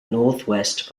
northwest